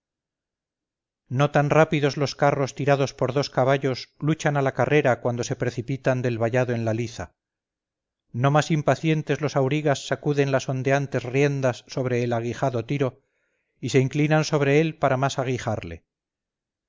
no tan rápidos los carros tirados por dos caballos luchan a la carrera cuando se precipitan del vallado en la liza no más impacientes los aurigas sacuden las ondeantes riendas sobre el aguijado tiro y se inclinan sobre él para más aguijarle